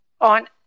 on